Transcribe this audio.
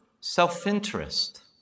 self-interest